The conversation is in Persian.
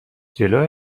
جلو